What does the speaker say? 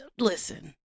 Listen